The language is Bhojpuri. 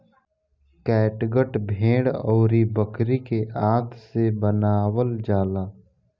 कैटगट भेड़ अउरी बकरी के आंत से बनावल जाला